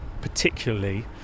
particularly